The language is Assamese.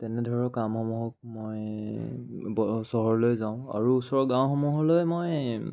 তেনে ধৰক কামসমূহক মই ব চহৰলৈ যাওঁ আৰু ওচৰৰ গাঁওসমূহলৈ মই